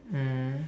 mm